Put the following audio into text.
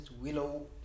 Willow